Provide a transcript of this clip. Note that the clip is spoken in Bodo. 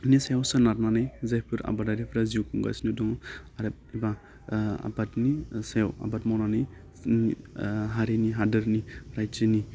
आबादनि सायाव सोनारनानै जायफोर आबादारिफ्रा जिउ खुंगासिनो दङ आरो एबा सायाव आबाद मावनानै जोंनि हारिनि हादोरनि जाथिनि